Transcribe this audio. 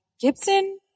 Gibson